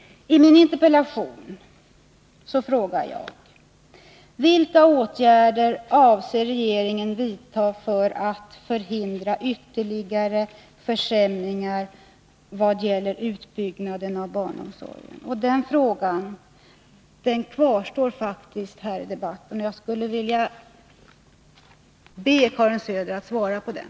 I min interpellation frågade jag: ”Vilka åtgärder avser regeringen vidta för att förhindra ytterligare försämringar vad gäller utbyggnaden av barnomsorgen?” Den frågan kvarstår faktiskt obesvarad. Jag skulle vilja be Karin Söder att svara på den.